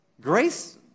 Grace